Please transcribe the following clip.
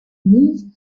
moved